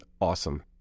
awesome